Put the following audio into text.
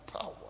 power